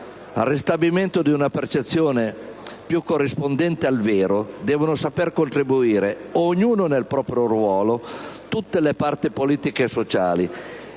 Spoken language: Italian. Al ristabilimento di una percezione più corrispondente al vero devono saper contribuire, ognuna nel proprio ruolo, tutte le parti politiche e sociali,